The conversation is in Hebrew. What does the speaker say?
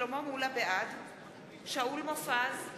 בעד שאול מופז,